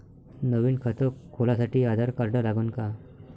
नवीन खात खोलासाठी आधार कार्ड लागन का?